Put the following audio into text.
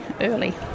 early